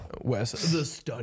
Wes